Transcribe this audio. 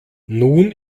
nun